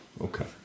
Okay